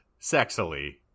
sexily